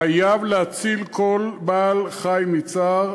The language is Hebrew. חייב להציל כל בעל-חי מצער,